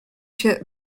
się